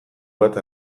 bat